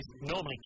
Normally